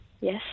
Yes